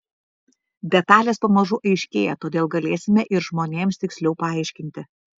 detalės pamažu aiškėja todėl galėsime ir žmonėms tiksliau paaiškinti